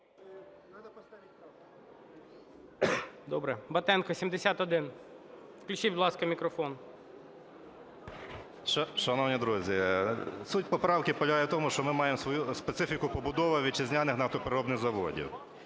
Добре. Батенко, 71. Включіть, будь ласка, мікрофон. 13:50:10 БАТЕНКО Т.І. Шановні друзі, суть поправки полягає в тому, що ми маємо свою специфіку побудови вітчизняних нафтопереробних заводів,